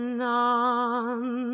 none